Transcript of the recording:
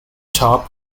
top